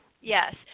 Yes